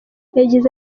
yagize